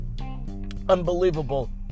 unbelievable